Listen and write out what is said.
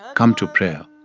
come to prayer.